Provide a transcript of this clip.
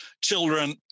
children